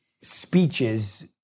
speeches